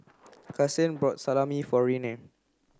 Kasen bought Salami for Ryne